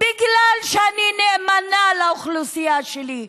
בגלל שאני נאמנה לאוכלוסייה שלי,